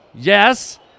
yes